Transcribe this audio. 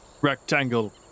rectangle